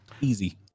easy